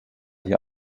hier